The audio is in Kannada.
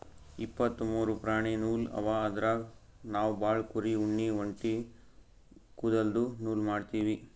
ಇಪ್ಪತ್ತ್ ಮೂರು ಪ್ರಾಣಿ ನೂಲ್ ಅವ ಅದ್ರಾಗ್ ನಾವ್ ಭಾಳ್ ಕುರಿ ಉಣ್ಣಿ ಒಂಟಿ ಕುದಲ್ದು ನೂಲ್ ಮಾಡ್ತೀವಿ